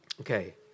Okay